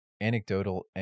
anecdotal